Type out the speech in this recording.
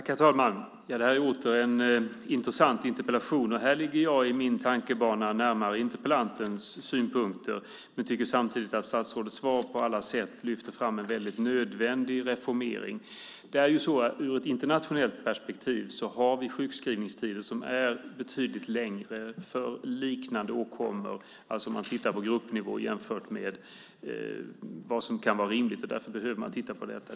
Herr talman! Detta är återigen en intressant interpellation. Här ligger jag i min tankebana närmare interpellantens synpunkter men tycker samtidigt att statsrådets svar på alla sätt lyfter fram en mycket nödvändig reformering. Ur ett internationellt perspektiv har vi sjukskrivningstider som är betydligt längre för liknande åkommor, alltså om man tittar på gruppnivå, jämfört med vad som kan vara rimligt. Därför behöver man titta på detta.